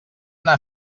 anar